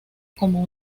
como